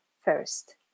first